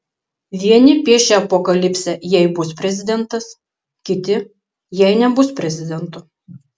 vieni piešia apokalipsę jei bus prezidentas kiti jei nebus prezidento